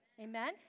Amen